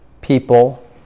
people